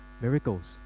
miracles